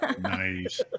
Nice